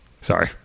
Sorry